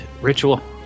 ritual